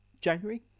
January